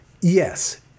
Yes